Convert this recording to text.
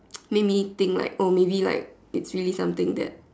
make me think like oh maybe like it's really something that